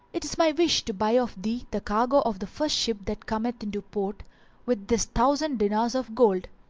it is my wish to buy of thee the cargo of the first ship that cometh into port with this thousand dinars of gold.